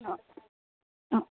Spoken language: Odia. ହଁ ହଁ